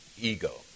ego